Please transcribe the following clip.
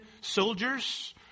soldiers